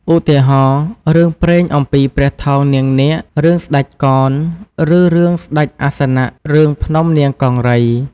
ឧទាហរណ៍ រឿងព្រេងអំពីព្រះថោងនាងនាគ រឿងស្តេចកន ឬរឿងស្តេចអាសនៈ រឿងភ្នំនាងកង្រី ។